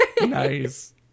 Nice